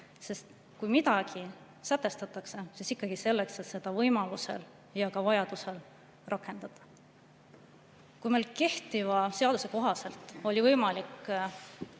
Kui midagi sätestatakse, siis ikkagi selleks, et seda võimalusel ja vajadusel rakendada. Kui meil kehtiva seaduse kohaselt oli võimalik